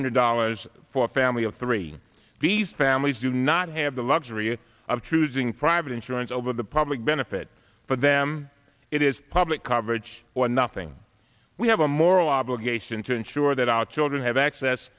hundred dollars for a family of three these families do not have the luxury of choosing private insurance over the public benefit for them it is public coverage or nothing we have a moral obligation to ensure that our children have access